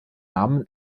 namen